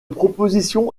proposition